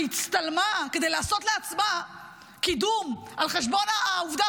הצטלמה לעשות לעצמה קידום על חשבון העובדה